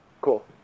cool